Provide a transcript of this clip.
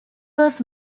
was